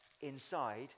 inside